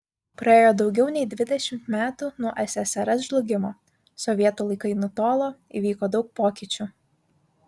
praėjo daugiau nei dvidešimt metų nuo ssrs žlugimo sovietų laikai nutolo įvyko daug pokyčių